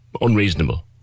unreasonable